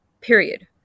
period